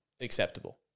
acceptable